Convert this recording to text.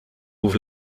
ouvre